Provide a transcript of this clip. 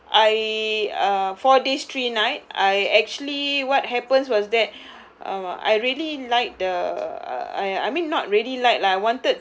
I uh four days three nights I actually what happened was that um I really liked the I~ I mean not really like like I wanted